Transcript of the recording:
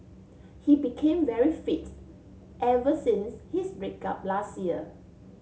he became very fit ever since his break up last year